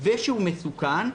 ושהוא מסוכן,